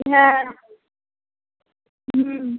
হ্যাঁ হুম